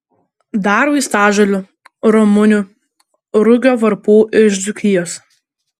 dar vaistažolių ramunių rugio varpų iš dzūkijos